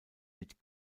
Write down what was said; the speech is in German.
mit